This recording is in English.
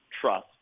trust